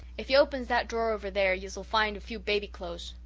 ef ye opens that drawer over there yez'll find a few baby clo'es.